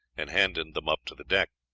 and handed them up to the deck.